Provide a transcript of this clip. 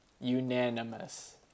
Unanimous